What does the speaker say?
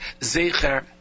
zecher